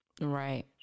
Right